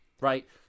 right